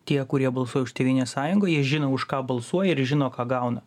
tie kurie balsuoja už tėvynės sąjungą jie žino už ką balsuoja ir žino ką gauna